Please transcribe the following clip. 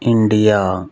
India